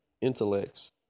intellects